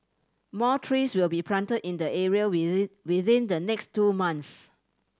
more trees will be planted in the area within the next two months